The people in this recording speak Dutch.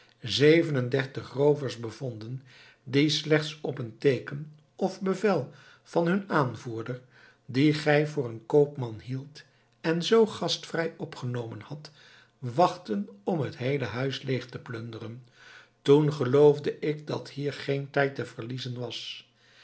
dertig roovers bevonden die slechts op een teeken of bevel van hun aanvoerder dien gij voor een koopman hieldt en zoo gastvrij opgenomen hadt wachtten om het heele huis leeg te plunderen toen geloofde ik dat hier geen tijd te verliezen was